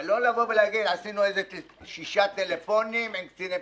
אבל לא לומר: עשינו ששה טלפונים עם קצין הבטיחות.